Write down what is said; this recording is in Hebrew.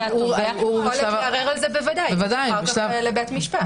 יש יכולת לערער על זה, ואפשר ללכת לבית משפט.